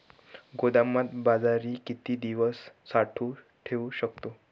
गोदामात बाजरी किती दिवस साठवून ठेवू शकतो?